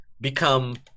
become